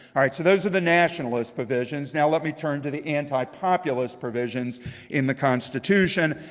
all right. so those are the nationalist provisions. now let me turn to the antipopulist provisions in the constitution.